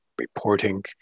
reporting